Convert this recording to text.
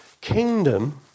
kingdom